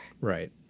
right